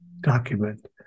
document